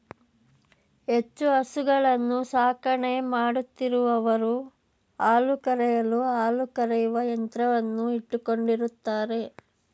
ಹೆಚ್ಚು ಹಸುಗಳ ಸಾಕಣೆ ಮಾಡುತ್ತಿರುವವರು ಹಾಲು ಕರೆಯಲು ಹಾಲು ಕರೆಯುವ ಯಂತ್ರವನ್ನು ಇಟ್ಟುಕೊಂಡಿರುತ್ತಾರೆ